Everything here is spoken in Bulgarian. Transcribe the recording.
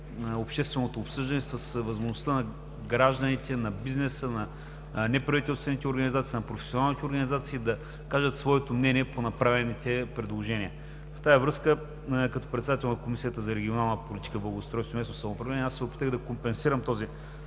общественото обсъждане, с възможността на гражданите, на бизнеса, на неправителствените организации, на професионалните организации да кажат своето мнение по направените предложения. В тази връзка като председател на Комисията за регионална политика, благоустройство и местно самоуправление се опитах да компенсирам този